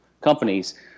companies